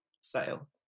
sale